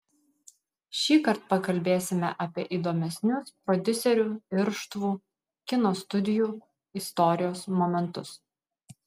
šįkart pakalbėsime apie įdomesnius prodiuserių irštvų kino studijų istorijos momentus